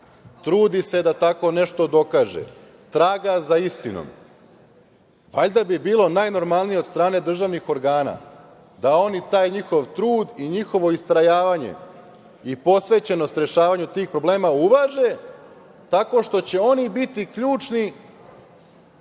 trudi se da tako nešto dokaže, traga za istinom, valjda bi bilo najnormalnije od strane državnih organa da oni taj njihov trud i njihovo istrajavanje i posvećenost rešavanju tih problema uvaže tako što će oni biti ključni